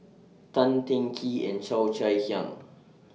Tan Teng Kee and Cheo Chai Hiang